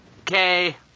Okay